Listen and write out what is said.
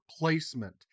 replacement